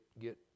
get